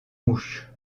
mouche